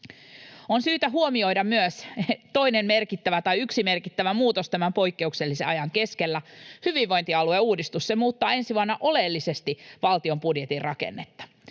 On syytä huomioida myös yksi merkittävä muutos tämän poikkeuksellisen ajan keskellä: hyvinvointialueuudistus, se muuttaa ensi vuonna olennaisesti valtion budjetin rakennetta.